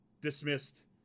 dismissed